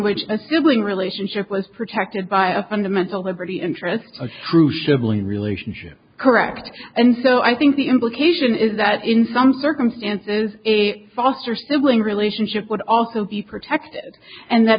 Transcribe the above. which a sibling relationship was protected by a fundamental liberty interest a true shriveling relationship correct and so i think the implication is that in some circumstances a foster sibling relationship would also be protected and that